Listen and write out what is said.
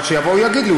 אבל שיבוא ויגיד לי.